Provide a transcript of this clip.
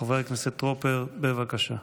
חבר הכנסת טרופר, בבקשה,